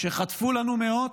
חטפו לנו מאות,